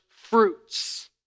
fruits